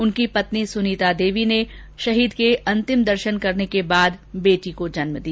उनकी पत्नी सुनिता देवी ने अंतिम दर्शन करने के बाद बेटी को जन्म दिया